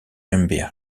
gmbh